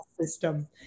system